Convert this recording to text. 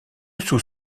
sous